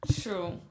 true